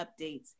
updates